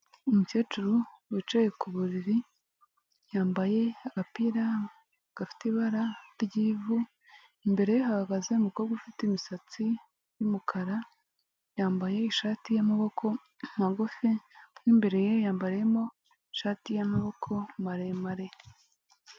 Umukecuru wicaye ku buriri, yambaye agapira gafite ibara ry'ivu, imbere ye hahagaze umukobwa ufite imisatsi y'umukara, yambaye ishati y'amaboko magufi, mu imbere ye yambariyemo ishati y'amaboko maremare.